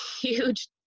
huge